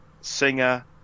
Singer